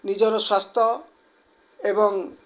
ନିଜର ସ୍ୱାସ୍ଥ୍ୟ ଏବଂ